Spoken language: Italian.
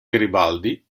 garibaldi